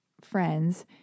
friends